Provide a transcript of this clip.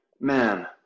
man